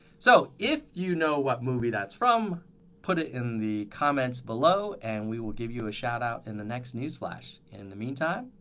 so if you know what movie that's from put it in the comments below and we will give you a shout out in the next news flash. in the meantime,